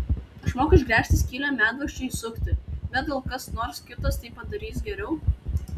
aš moku išgręžti skylę medvaržčiui įsukti bet gal kas nors kitas tai padarys geriau